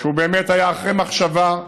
שהוא באמת היה אחרי מחשבה,